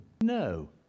no